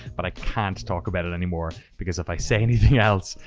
but i can't talk about it anymore because if i say anything else,